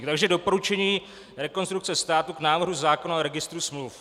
Takže doporučení Rekonstrukce státu k návrhu zákona o registru smluv: